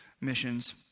missions